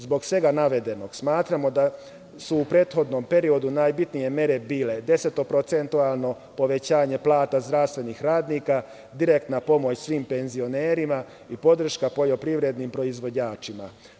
Zbog svega navedenog, smatramo da su u prethodnom periodu najbitnije mere bile: desetoprocentualno povećanje plata zdravstvenih radnika, direktna pomoć svim penzionerima i podrška poljoprivrednim proizvođačima.